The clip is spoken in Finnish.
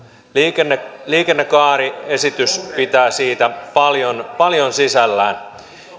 liikennekaariesitys pitää siitä paljon paljon sisällään